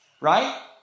right